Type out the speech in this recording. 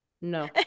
No